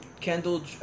Kendall